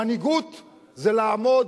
מנהיגות זה לעמוד,